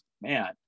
man